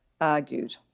argued